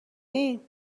ایم